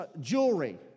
jewelry